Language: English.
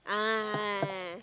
ah